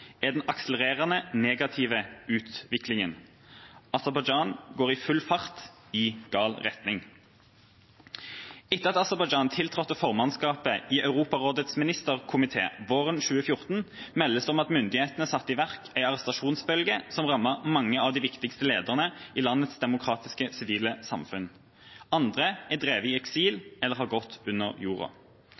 er den akselererende negative utviklinga. Aserbajdsjan går i full fart i gal retning. Etter at Aserbajdsjan tiltrådte formannskapet i Europarådets ministerkomité våren 2014, meldes det om at myndighetene satte i verk en arrestasjonsbølge som rammet mange av de viktigste lederne i landets demokratiske sivile samfunn. Andre er drevet i eksil eller har gått under